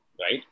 right